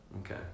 Okay